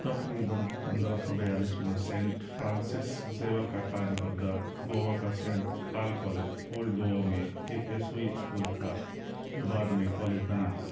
تقریباً پندرہ سو بیالیس میں سینٹ فرانسس زیور کا قائم کردہ گووا کا saint Paul college old Goa میں ایک یسوعی اسکول تھا جو بعد میں کالج بنا